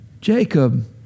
Jacob